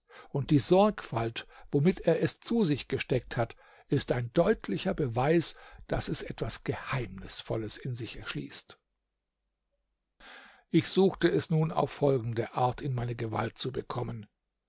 und die sorgfalt womit er es zu sich gesteckt hat ist ein deutlicher beweis daß es etwas geheimnisvolles in sich schließt ich suchte es nun auf folgende art in meine gewalt zu bekommen